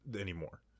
anymore